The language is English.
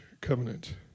covenant